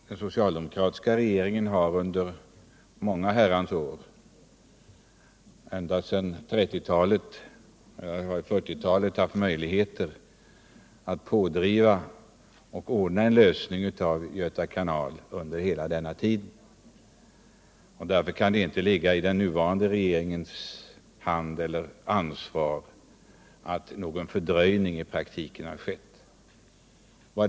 Den socialdemokratiska regeringen har i många Herrans år ända sedan 1930 och 1940-talen haft möjlighet att driva på och lösa problemet med Göta kanal. Därför kan inte den nuvarande regeringen bära ansvaret för att en fördröjning i praktiken har skett.